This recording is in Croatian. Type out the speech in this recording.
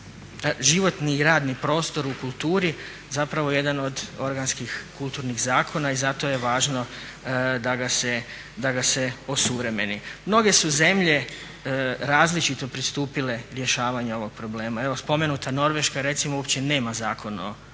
životni i radni prostor u kulturi zapravo jedan od organskih kulturnih zakona i zato je važno da ga se osuvremeni. Mnoge su zemlje različito pristupile rješavanju ovog problema. Evo spomenuta Norveška recimo uopće nema Zakon